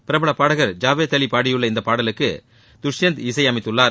பிரபல பாடகர் ஜாவேத் அலி பாடியுள்ள இந்த பாடலுக்கு துஷியந்த் இசை அமைத்துள்ளார்